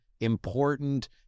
important